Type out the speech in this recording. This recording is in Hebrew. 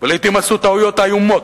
ולעתים עשו טעויות איומות,